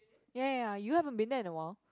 ya ya ya you haven't been there in awhile